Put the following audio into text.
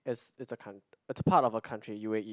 yes it's a coun~ it's part of a country U_A_E